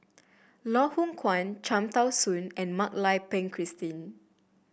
Loh Hoong Kwan Cham Tao Soon and Mak Lai Peng Christine